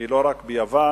לא רק ביוון,